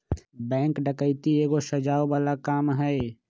bank डकैती एगो सजाओ बला काम हई